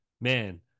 Man